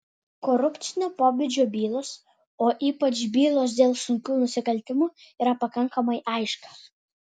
korupcinio pobūdžio bylos o ypač bylos dėl sunkių nusikaltimų yra pakankamai aiškios